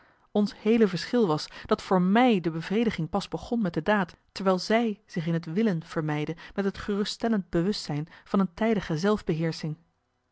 ons heele verschil was dat voor mij de bevrediging pas begon met de daad terwijl zij zich in het willen vermeide met het geruststellend bewustzijn van een tijdige zelf beheersching